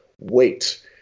wait